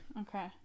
Okay